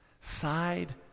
Side